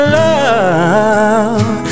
love